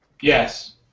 Yes